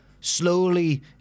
slowly